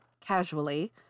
casually